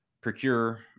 procure